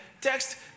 text